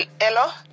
hello